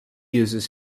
uses